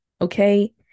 okay